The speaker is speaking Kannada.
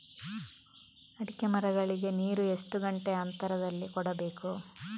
ಅಡಿಕೆ ಮರಗಳಿಗೆ ನೀರು ಎಷ್ಟು ಗಂಟೆಯ ಅಂತರದಲಿ ಕೊಡಬೇಕು?